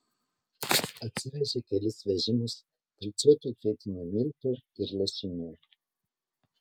atsivežė kelis vežimus valcuotų kvietinių miltų ir lašinių